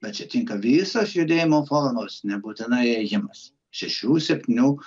bet čia tinka visos judėjimo formos nebūtinai ėjimas šešių septynių